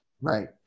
Right